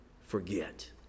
forget